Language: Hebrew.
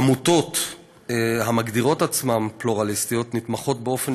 עמותות המגדירות עצמן פלורליסטיות נתמכות באופן